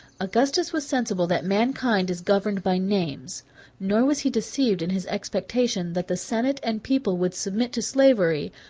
augustus was sensible that mankind is governed by names nor was he deceived in his expectation, that the senate and people would submit to slavery,